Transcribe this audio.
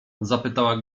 zapytała